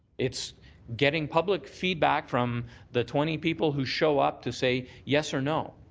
it's getting public feedback from the twenty people who show up to say yes or no.